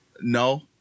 No